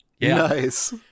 Nice